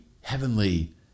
heavenly